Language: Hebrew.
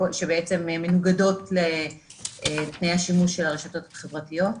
שמנוגדים לתנאי השימוש של הרשתות החברתיות.